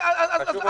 חשוב מאוד.